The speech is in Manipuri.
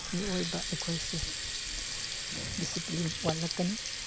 ꯃꯤꯑꯣꯏꯕ ꯑꯩꯈꯣꯏꯁꯦ ꯗꯤꯁꯤꯄ꯭ꯂꯤꯟ ꯋꯥꯠꯂꯛꯀꯅꯤ